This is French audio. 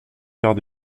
quarts